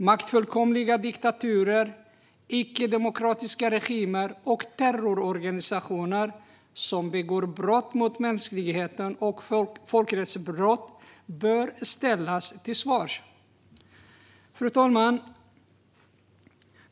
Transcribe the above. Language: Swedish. Maktfullkomliga diktaturer, icke-demokratiska regimer och terrororganisationer som begår brott mot mänskligheten och folkrättsbrott bör ställas till svars.